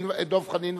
חבר הכנסת דב חנין,